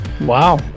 Wow